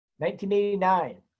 1989